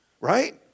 Right